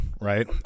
right